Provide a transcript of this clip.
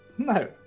no